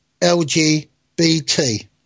LGBT